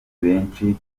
benshi